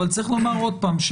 אבל צריך לומר עוד פעם,